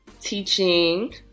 teaching